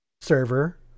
server